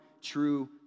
true